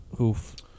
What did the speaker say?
Oof